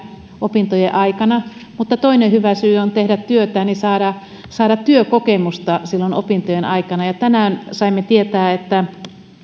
opintojen aikana mutta toinen hyvä syy tehdä työtä on saada työkokemusta opintojen aikana tänään saimme tietää että